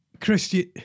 Christian